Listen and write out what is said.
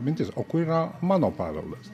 mintis o kur yra mano paveldas